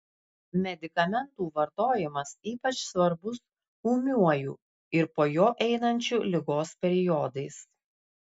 medikamentų vartojimas ypač svarbus ūmiuoju ir po jo einančiu ligos periodais